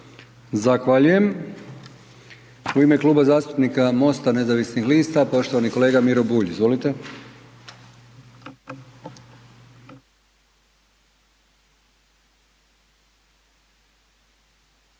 Završna riječ u ime Kluba zastupnika MOST-a nezavisnih lista poštovani kolega Miro Bulj. Izvolite.